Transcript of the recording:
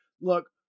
look